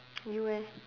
you eh